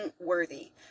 worthy